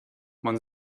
man